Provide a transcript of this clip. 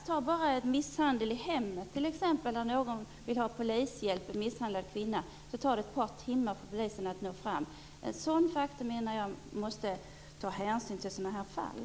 Det kan röra sig om misshandel i hemmet. Om en misshandlad kvinna vill ha polishjälp tar det ett par timmar för polisen att nå fram. Den faktorn måste man ta hänsyn till i sådana här fall.